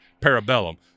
parabellum